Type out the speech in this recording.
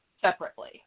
separately